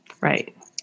Right